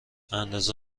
اندازه